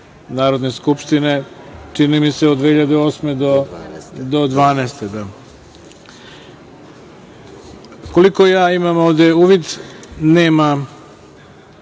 Narodne skupštine, čini mi se od 2008. do 2012. godine. Koliko imam ovde uvid, nema